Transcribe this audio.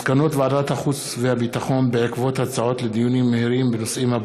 מסקנות ועדת החוץ והביטחון בעקבות דיון מהיר בהצעתם